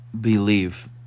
believe